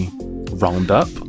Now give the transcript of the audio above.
roundup